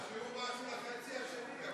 תשאירו משהו לחצי השני.